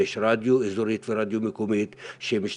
יש רדיו אזורי ורדיו מקומי,